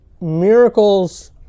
miracles